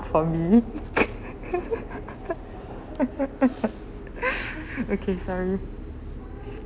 for me okay sorry